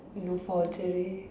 you know forgery